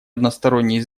односторонние